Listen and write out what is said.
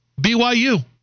BYU